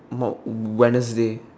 on Wednesday